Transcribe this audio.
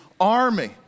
army